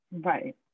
Right